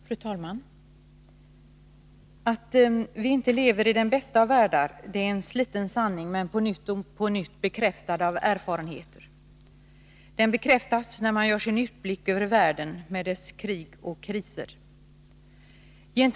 Fru talman! Att vi inte lever i den bästa av världar är en sliten sanning men ideligen bekräftad av erfarenheter. Den bekräftas när man gör sin utblick över världen med dess krig och kriser.